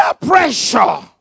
pressure